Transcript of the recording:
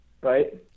right